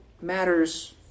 matters